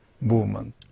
movement